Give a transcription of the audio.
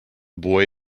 boy